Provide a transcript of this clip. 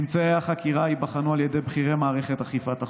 ממצאי החקירה ייבחנו על ידי בכירי מערכת אכיפת החוק,